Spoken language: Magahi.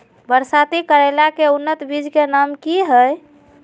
बरसाती करेला के उन्नत बिज के नाम की हैय?